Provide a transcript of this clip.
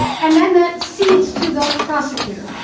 and then that feeds to the prosecutor.